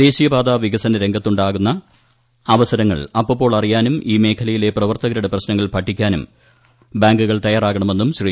ദേശീയപാത വികസന രംഗത്തുണ്ടാകുന്ന അവസരങ്ങൾ അപ്പപ്പോൾ അറിയാനും ഈ മേഖലയിലെ പ്രവർത്തകരുടെ പ്രശ്നങ്ങൾ പഠിക്കാനും ബാങ്കുകൾ തയ്യാറാകണമെന്നും ശ്രീ